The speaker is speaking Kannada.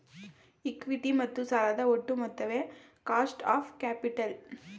ಇಕ್ವಿಟಿ ಮತ್ತು ಸಾಲದ ಒಟ್ಟು ಮೊತ್ತವೇ ಕಾಸ್ಟ್ ಆಫ್ ಕ್ಯಾಪಿಟಲ್